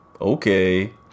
okay